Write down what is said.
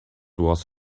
was